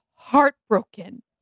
heartbroken